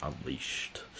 unleashed